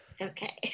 Okay